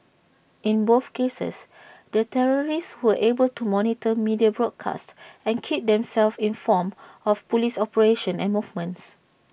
in both cases the terrorists were able to monitor media broadcasts and keep themselves informed of Police operations and movements